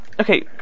Okay